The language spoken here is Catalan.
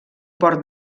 port